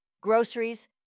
groceries